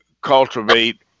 cultivate